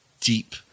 deep